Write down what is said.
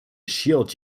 shield